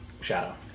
shadow